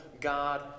God